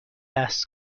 بحث